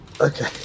Okay